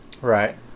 Right